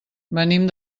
venim